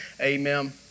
Amen